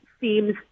seems